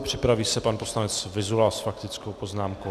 Připraví se pan poslanec Vyzula s faktickou poznámkou.